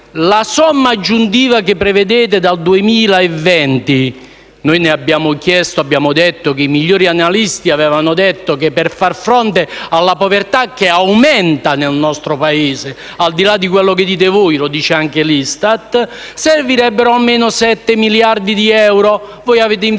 la somma aggiuntiva che prevedete dal 2020. Noi abbiamo osservato che i migliori analisti avevano detto che per far fronte alla povertà in aumento nel nostro Paese, al di là di quello che dite voi, come afferma anche l'ISTAT, servirebbero almeno 7 miliardi di euro; voi avete investito